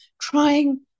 trying